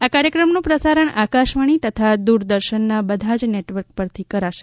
આ કાર્યક્રમનું પ્રસારણ આકાશવાણી તથા દૂરદર્શનના બધા જ નેટવર્ક પરથી કરશે